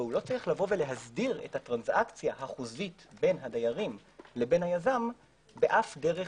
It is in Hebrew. אבל הוא לא צריך להסדיר את הטרנזאקציה החוזית בין הדיירים ליזם באף דרך